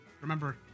remember